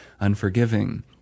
unforgiving